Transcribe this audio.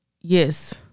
Yes